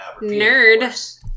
Nerd